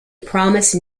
promise